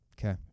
Okay